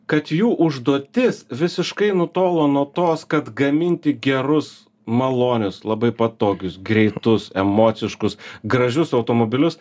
kad jų užduotis visiškai nutolo nuo tos kad gaminti gerus malonius labai patogius greitus emociškus gražius automobilius